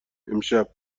امشب